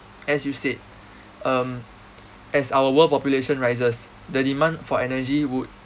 as you said um as our world population raises the demand for energy would